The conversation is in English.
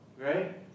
Right